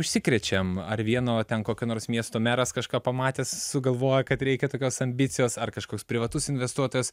užsikrečiam ar vieno ten kokio nors miesto meras kažką pamatęs sugalvojo kad reikia tokios ambicijos ar kažkoks privatus investuotojas